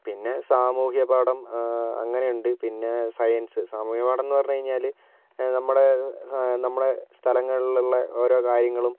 പിന്നെ സാമൂഹ്യ പാഠം അങ്ങനെ ഉണ്ട് പിന്നെ സയൻസ് സാമൂഹ്യ പാഠം എന്ന് പറഞ്ഞ് കഴിഞ്ഞാൽ നമ്മുടെ നമ്മുടെ സ്ഥലങ്ങളിലുള്ള ഓരോ കാര്യങ്ങളും